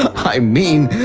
i mean,